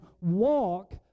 walk